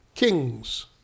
Kings